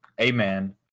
Amen